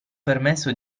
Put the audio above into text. permesso